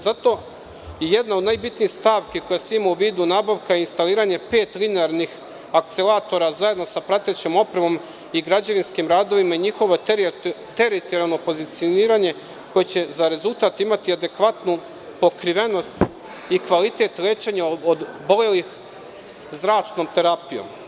Zato je i jedna od najbitnijih stavki koja se ima u vidu, nabavka i instaliranje pet linearnih akcelatora zajedno sa pratećom opremom i građevinskim radovima, njihovo teritorijalno pozicioniranje koje će za rezultat imati adekvatnu pokrivenost i kvalitet lečenja obolelih zračnom terapijom.